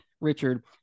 Richard